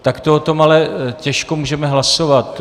Takto o tom ale těžko můžeme hlasovat.